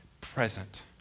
present